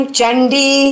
Chandi